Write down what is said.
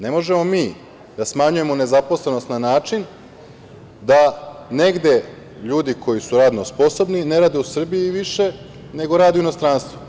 Ne možemo mi da smanjujemo nezaposlenost na način da negde ljudi koji su radno sposobni, ne rade više u Srbiji nego rade u inostranstvu.